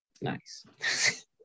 Nice